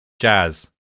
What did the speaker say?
jazz